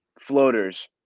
floaters